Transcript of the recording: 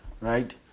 right